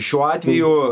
šiuo atveju